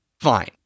fine